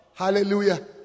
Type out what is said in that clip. Hallelujah